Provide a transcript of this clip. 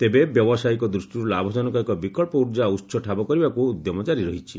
ତେବେ ବ୍ୟବସାୟିକ ଦୃଷ୍ଟିରୁ ଲାଭଜନକ ଏକ ବିକଳ୍ପ ଉର୍ଜା ଉହ ଠାବ କରିବାକୁ ଉଦ୍ୟମ କାରି ରହିଛି